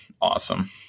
awesome